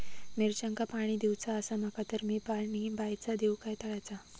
मिरचांका पाणी दिवचा आसा माका तर मी पाणी बायचा दिव काय तळ्याचा?